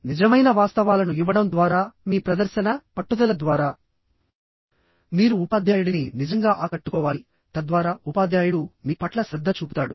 నిజమైన వాస్తవాలను ఇవ్వడం ద్వారా మీ ప్రదర్శన పట్టుదల ద్వారా మీరు ఉపాధ్యాయుడిని నిజంగా ఆకట్టుకోవాలి తద్వారా ఉపాధ్యాయుడు మీ పట్ల శ్రద్ధ చూపుతాడు